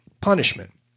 punishment